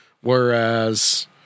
whereas